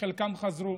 וחלקם חזרו.